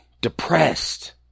depressed